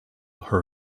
her